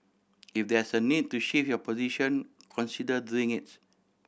if there's need to shift your position consider doing it